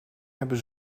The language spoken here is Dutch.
hebben